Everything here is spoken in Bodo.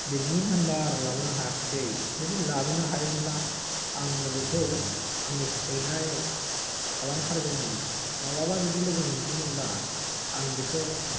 बिनि नाम्बार लाबोनो हायाखिसै बिदि लाबोनो हायोमोनब्ला आङो बिखौ आंनि सैनाय खालामथारगौमोन माब्लाबा जुदि लोगो मोनफिनब्ला आं बेखौ